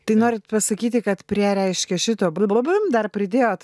tai norit pasakyti kad prie reiškia šito blibibim dar pridėjot